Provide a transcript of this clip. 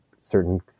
certain